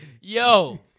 Yo